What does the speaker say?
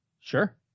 sure